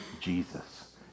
Jesus